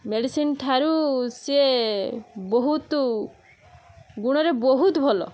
medicine ଠାରୁ ସିଏ ବହୁତ ଗୁଣରେ ବହୁତ ଭଲ